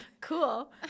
Cool